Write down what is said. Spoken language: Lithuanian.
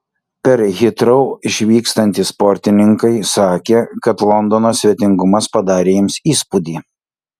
per hitrou išvykstantys sportininkai sakė kad londono svetingumas padarė jiems įspūdį